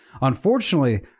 Unfortunately